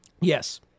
yes